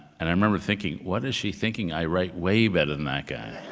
and i remember thinking, what is she thinking? i write way better than that guy.